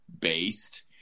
based